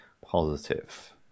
positive